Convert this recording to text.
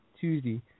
Tuesday